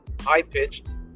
high-pitched